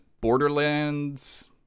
Borderlands